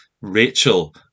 Rachel